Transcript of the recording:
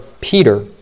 Peter